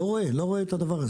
לא רואה את הדבר הזה.